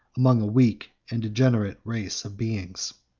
among a weak and degenerate race of beings.